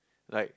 like